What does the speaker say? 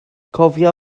cofia